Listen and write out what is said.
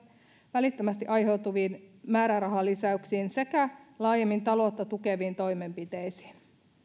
välittömästi aiheutuviin määrärahalisäyksiin sekä laajemmin taloutta tukeviin toimenpiteisiin